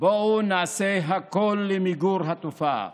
בואו נעשה הכול למיגור התופעה.